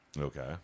Okay